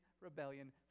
rebellion